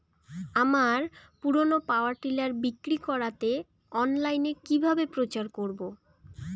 আমার পুরনো power tiller বিক্রি করাতে অনলাইনে কিভাবে প্রচার করব?